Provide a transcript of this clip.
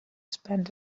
spend